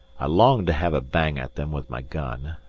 i longed to have a bang at them with my gun,